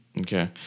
Okay